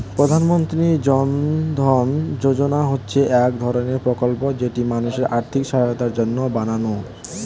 প্রধানমন্ত্রী জন ধন যোজনা হচ্ছে এক ধরণের প্রকল্প যেটি মানুষের আর্থিক সহায়তার জন্য বানানো